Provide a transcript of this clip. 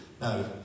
No